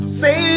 say